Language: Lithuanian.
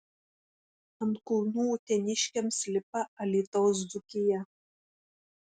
ant kulnų uteniškiams lipa alytaus dzūkija